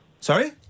Sorry